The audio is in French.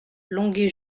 longué